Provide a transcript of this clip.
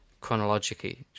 Chronologically